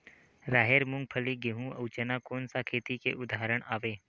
राहेर, मूंगफली, गेहूं, अउ चना कोन सा खेती के उदाहरण आवे?